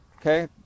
okay